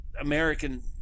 american